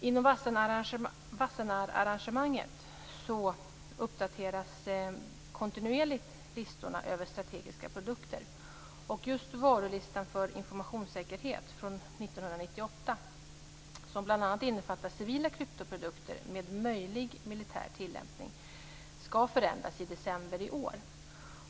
Inom Wassenaararrangemanget uppdateras kontinuerligt listorna över strategiska produkter. Just varulistan för informationssäkerhet från 1998, som bl.a. innefattar civila kryptoprodukter med möjlig militär tillämpning, ska förändras i december i år.